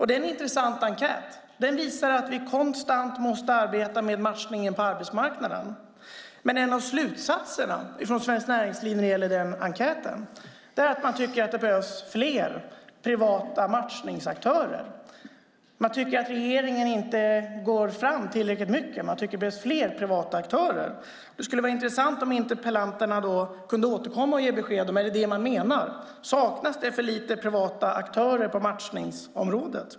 Det är en intressant enkät som visar att vi konstant måste arbeta med matchningen på arbetsmarknaden. Men en av slutsatserna från Svensk Näringsliv när det gäller enkäten är att det behövs fler privata matchningsaktörer. Man tycker att regeringen inte går fram tillräckligt när det gäller detta. Det skulle vara intressant om interpellanterna kunde återkomma och ge besked om det är det man menar. Saknas det privata aktörer på matchningsområdet?